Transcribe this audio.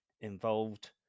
involved